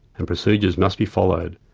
and procedures must be followed.